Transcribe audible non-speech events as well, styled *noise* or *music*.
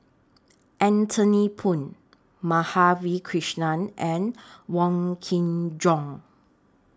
Anthony Poon Madhavi Krishnan and *noise* Wong Kin Jong